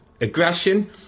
aggression